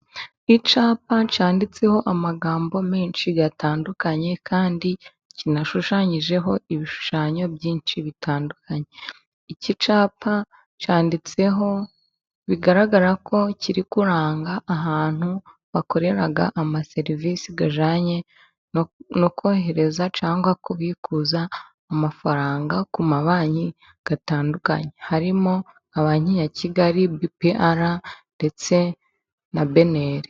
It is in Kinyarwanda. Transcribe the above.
Icyapa cyanditseho amagambo menshi atandukanye, kandi kinashushanyijeho ibishushanyo bitandukanye. Iki cyapa cyanditseho, bigaragara ko kiri kuranga ahantu bakorera amaserivisi ajyanye no kohereza cyangwa kubikuza amafaranga ku mabanki atandukanye; harimo nka banki ya kigali bipiyara ndetse na beneri.